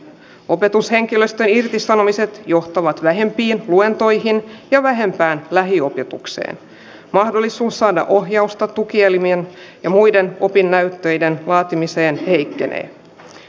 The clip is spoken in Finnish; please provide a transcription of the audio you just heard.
opetushenkilöstön irtisanomiset johtavat vähempiin luentoihin ja vähentää lähiopetuksen mahdollisuus saada ohjausta tukielimiä ja muiden opinnäytteiden laatimiseen liittyen